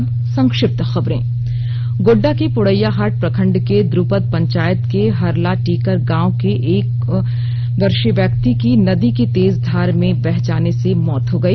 अब संक्षिप्त खबरें गोड्डा के पोड़ैयाहाट प्रखंड के द्रपद पंचायत के हरलाटीकर गांव के एक वर्षीय व्यक्ति की नदी की तेज धार में बह जाने से मौत हो गई